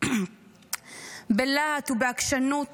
בלהט ובעקשנות